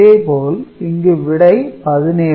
இதே போல் இங்கு விடை 17